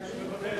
מוותר.